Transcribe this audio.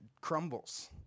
crumbles